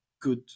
good